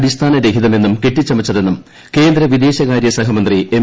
അടിസ്ഥാനരഹിതമെന്നും കെട്ടിച്ചമച്ചതെന്നും കേന്ദ്ര വിദേശകാര്യസഹമന്ത്രി എം